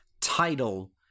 title